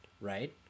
right